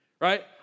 right